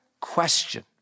question